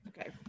okay